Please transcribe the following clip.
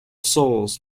souls